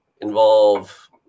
involve